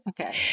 Okay